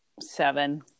seven